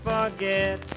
Forget